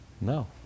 No